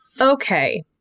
Okay